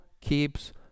keeps